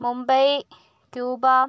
Mumbai Cuba